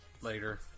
later